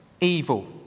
evil